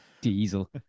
diesel